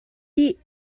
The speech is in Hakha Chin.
dih